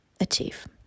achieve